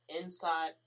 inside